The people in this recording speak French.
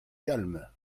calme